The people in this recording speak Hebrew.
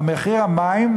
מחיר המים,